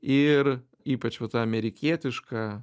ir ypač va ta amerikietiška